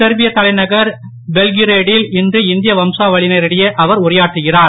செர்பிய தலைநகர் பெல்கிரே டில் இன்று இந்திய வம்சாவளியினரிடையே அவர் உரையாற்றுகிறார்